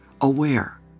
aware